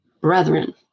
Brethren